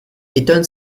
étonne